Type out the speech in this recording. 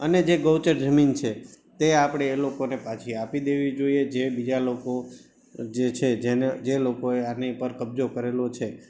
અને જે ગૌચર જમીન છે તે આપણે એ લોકોને પાછી આપી દેવી જોઈએ જે બીજા લોકો જે છે જેને જે લોકોએ આની ઉપર કબજો કરેલો છે